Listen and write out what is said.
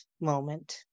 moment